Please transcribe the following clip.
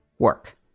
work